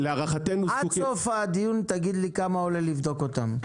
עד סוף הדיון תגיד לי כמה עולה לבדוק אותם.